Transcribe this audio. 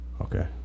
Okay